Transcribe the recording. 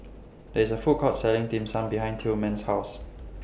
There IS A Food Court Selling Dim Sum behind Tilman's House